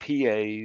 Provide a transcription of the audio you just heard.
PAs